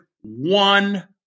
one